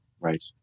Right